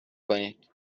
کنید